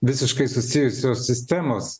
visiškai susijusios sistemos